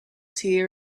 tea